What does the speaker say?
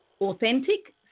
authentic